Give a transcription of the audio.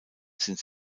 sind